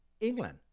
England